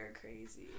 crazy